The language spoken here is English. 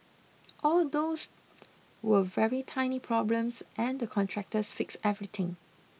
all those were very tiny problems and the contractors fixed everything